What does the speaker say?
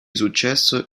successo